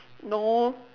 no